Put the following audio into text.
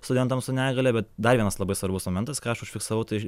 studentams su negalia bet dar vienas labai svarbus momentas ką aš užfiksavau tai